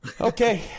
Okay